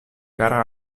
kara